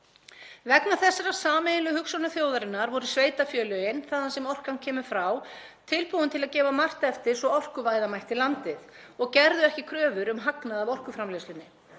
Vegna þessarar sameiginlegu hugsjónar þjóðarinnar voru sveitarfélögin sem orkan kemur frá tilbúin til að gefa margt eftir svo orkuvæða mætti landið og gerðu ekki kröfur um hagnað af orkuframleiðslunni.